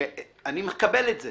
אני מקבל את זה